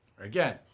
Again